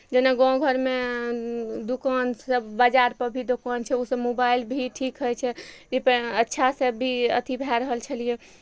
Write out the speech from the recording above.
जेना गाँव घरमे दूकान सब बजार पर भी दोकान छै ओसब मोबाइल भी ठीक होइ छै अच्छा से भी अथी भऽ रहल छलियै